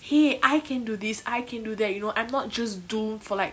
!hey! I can do this I can do that you know I'm not just doomed for like